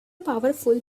powerful